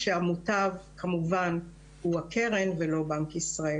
כשהמוטב כמובן הוא הקרן ולא בנק ישראל,